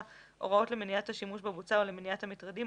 הוראות למניעת השימוש בבוצה או למניעת המטרדים,